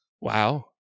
Wow